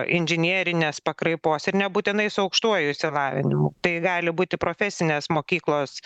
inžinierinės pakraipos ir nebūtinai su aukštuoju išsilavinimu tai gali būti profesinės mokyklos